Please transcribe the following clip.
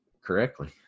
correctly